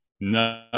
No